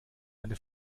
eine